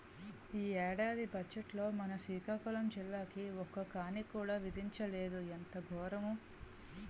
ఈ ఏడాది బజ్జెట్లో మన సికాకులం జిల్లాకి ఒక్క కానీ కూడా విదిలించలేదు ఎంత గోరము